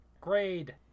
Grade